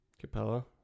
Capella